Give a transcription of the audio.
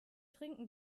trinken